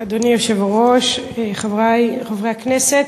אדוני היושב-ראש, חברי חברי הכנסת,